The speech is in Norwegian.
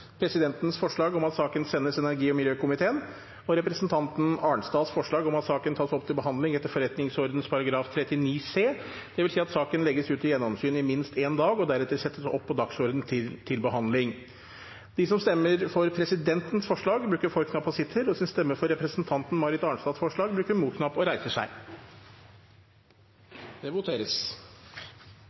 presidentens forslag om at saken sendes energi- og miljøkomiteen og representanten Arnstads forslag om at saken tas opp til behandling etter forretningsordenens § 39 c, dvs. at saken legges ut til gjennomsyn i minst én dag og deretter settes opp på dagsordenen til behandling. Videre ble referert: Endringer i utlendingsloven (Prop. 39 L Enst. : Sendes kommunal- og forvaltningskomiteen. Representantforslag fra stortingsrepresentantene Siv Mossleth, Bengt Fasteraune, Geir Pollestad, Marit Knutsdatter Strand og